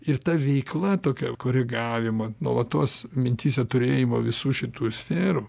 ir ta veikla tokia koregavimo nuolatos mintyse turėjimo visų šitų sferų